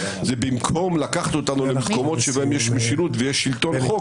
במקום לקחת אותנו למקומות שבהם יש משילות ויש שלטון חוק,